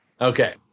Okay